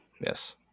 Yes